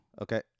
Okay